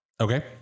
Okay